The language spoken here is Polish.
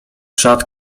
szat